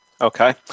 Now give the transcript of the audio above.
Okay